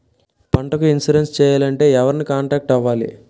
పంటకు ఇన్సురెన్స్ చేయాలంటే ఎవరిని కాంటాక్ట్ అవ్వాలి?